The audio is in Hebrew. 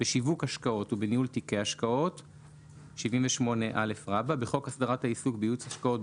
בשיווק השקעות ובניהול תיקי השקעות בחוק הסדר העיסוק בייעוץ השקעות,